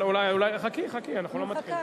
חכי, אנחנו לא מתחילים.